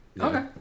Okay